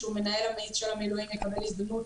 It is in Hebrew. שהוא מנהל המאיץ של המילואים יקבל הזדמנות